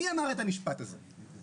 מי אמר את המשפט הזה לדעתכם?